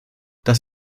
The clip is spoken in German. das